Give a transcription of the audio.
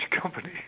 company